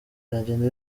byagenda